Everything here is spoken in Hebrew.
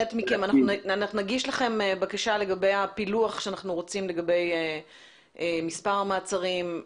נגיש לכם בקשה לגבי הפילוח שאנחנו רוצים לגבי מספר המעצרים,